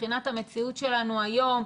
מבחינת המציאות שלנו היום,